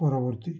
ପରବର୍ତ୍ତୀ